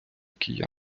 киян